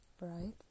right